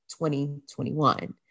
2021